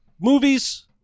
movie's